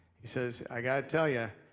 he says, i gotta tell ya,